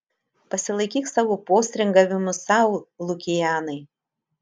pasilaikyk savo postringavimus sau lukianai